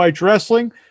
Wrestling